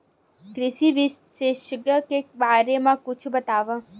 कृषि विशेषज्ञ के बारे मा कुछु बतावव?